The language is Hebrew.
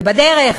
ובדרך